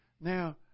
Now